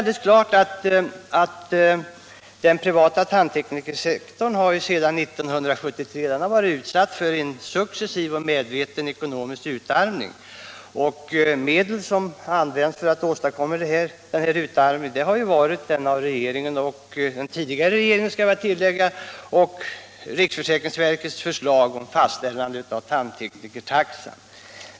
Den privata tandteknikersektorn har sedan 1973 varit utsatt för en successiv och medveten ekonomisk utarmning. Medel som använts för att åstadkomma denna utarmning har varit regeringens — även den tidigare regeringens — och riksförsäkringsverkets förslag om fastställande av tandteknikertaxa.